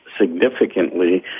significantly